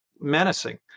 menacing